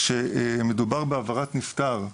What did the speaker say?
כשמדובר בהעברת נפטר,